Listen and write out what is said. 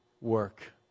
work